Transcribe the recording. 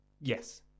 Yes